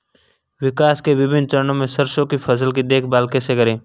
विकास के विभिन्न चरणों में सरसों की फसल की देखभाल कैसे करें?